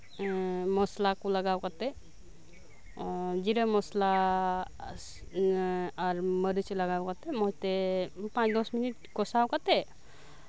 ᱢᱚᱥᱞᱟ ᱠᱚ ᱞᱟᱜᱟᱣ ᱠᱟᱛᱮᱜ ᱡᱤᱨᱟᱹ ᱢᱚᱥᱞᱟ ᱟᱨ ᱢᱟᱹᱨᱤᱪ ᱞᱟᱜᱟᱣ ᱠᱟᱛᱮᱜ ᱢᱚᱸᱡᱽᱛᱮ ᱯᱟᱸᱪ ᱫᱚᱥ ᱢᱤᱱᱤᱴ ᱠᱚᱥᱟᱣ ᱠᱟᱛᱮᱜ